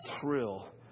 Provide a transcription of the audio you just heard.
thrill